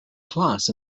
class